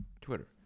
Twitter